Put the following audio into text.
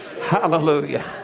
Hallelujah